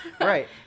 right